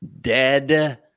Dead